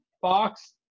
Fox